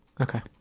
Okay